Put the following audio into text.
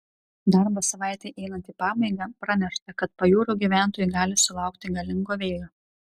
darbo savaitei einant į pabaigą pranešta kad pajūrio gyventojai gali sulaukti galingo vėjo